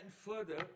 further